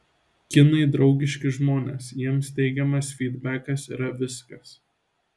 kinai draugiški žmonės jiems teigiamas fydbekas yra viskas